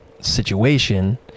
situation